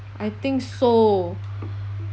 I think so